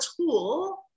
tool